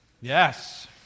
Yes